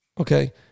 Okay